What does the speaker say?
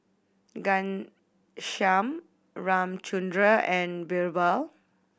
Ghanshyam Ramchundra and Birbal